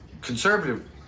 conservative